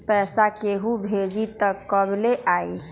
पैसा केहु भेजी त कब ले आई?